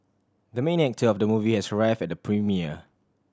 the main actor of the movie has arrived at the premiere